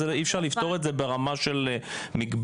אי אפשר לפתור את זה ברמה של מקבץ,